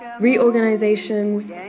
reorganizations